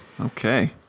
okay